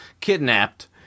kidnapped